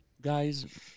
guys